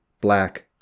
black